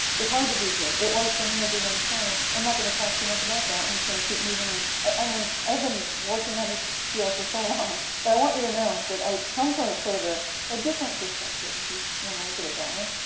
it's hard to be here. it was for me as a young child. i'm not going to talk too much about that i'm just going to keep moving on. i mean i've been working on this field for so long, but i want you to know that i come from sort of a a different perspective, if you want to look at it that way.